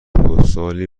پستالی